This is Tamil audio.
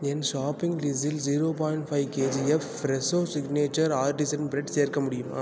என் ஷாப்பிங் லிஸ்டில் zero point five KGF Fresho signature artisan bread சேர்க்க முடியுமா